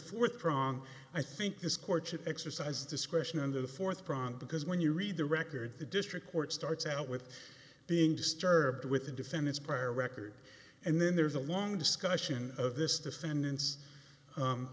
fourth prong i think this courtship exercise discretion on the fourth front because when you read the record the district court starts out with being disturbed with an defend its prior record and then there's a long discussion of this defendant's